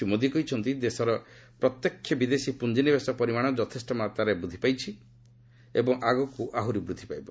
ଶ୍ରୀ ମୋଦି କହିଛନ୍ତି ଦେଶରେ ପ୍ରତ୍ୟକ୍ଷ ବିଦେଶୀ ପୁଞ୍ଜିନିବେଶ ପରିମାଣ ଯଥେଷ୍ଟମାତ୍ରାରେ ବୃଦ୍ଧି ପାଇଛି ଏବଂ ଆଗକୁ ଆହୁରି ବୃଦ୍ଧି ପାଇବ